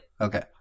Okay